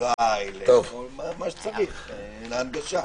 ברייל ומה שצריך להנגשה.